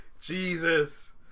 Jesus